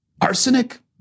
Arsenic